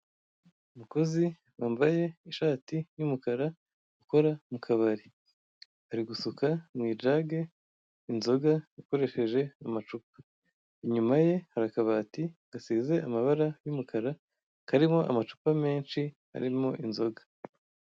Umukozi wambaye ishati y'umukara ukora mu kabari, ari gusuka mu ijage inzoga akoresheje amacupa, inyuma ye hari akabati gasize amabara y'umukara karimo amacupa menshi arimo inzoga.